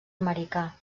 americà